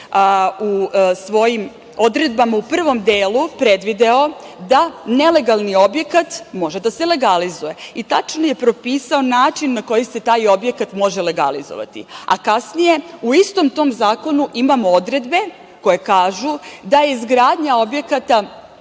u svojim odredbama u prvom delu predvideo da nelegalni objekat može da se legalizuje. Tačno je propisao način na koji se taj objekat može legalizovati. Kasnije, u istom tom zakonu imamo odredbe koje kažu da je izgradnja objekta